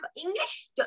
English